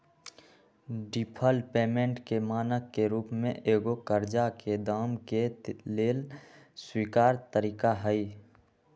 deferred payment के मानक के रूप में एगो करजा के दाम के लेल स्वीकार तरिका हइ